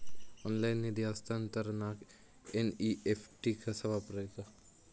Online निधी हस्तांतरणाक NEFT कसा वापरायचा?